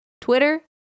Twitter